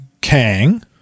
Kang